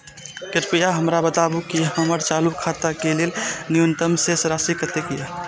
कृपया हमरा बताबू कि हमर चालू खाता के लेल न्यूनतम शेष राशि कतेक या